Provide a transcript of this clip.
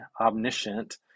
omniscient